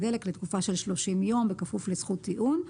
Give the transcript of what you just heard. דלק לתקופה של 30 ימים בכפוף לזכות טיעון.